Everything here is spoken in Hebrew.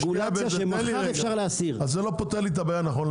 האלה בזיכיון.